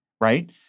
right